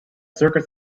circus